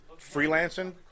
freelancing